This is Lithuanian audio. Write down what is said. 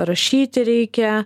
rašyti reikia